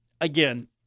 again